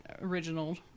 original